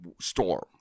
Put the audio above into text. storm